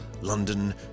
London